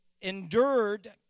endured